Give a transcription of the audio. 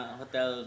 hotel